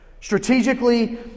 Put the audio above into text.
Strategically